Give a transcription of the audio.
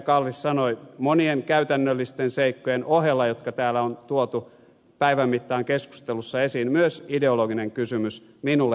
kallis sanoi monien käytännöllisten seikkojen ohella jotka täällä on tuotu päivän mittaan keskustelussa esiin myös ideologinen kysymys minulle henkilökohtaisesti